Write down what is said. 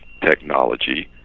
technology